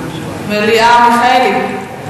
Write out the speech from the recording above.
חבר הכנסת מיכאלי.